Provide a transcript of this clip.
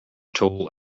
tool